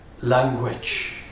language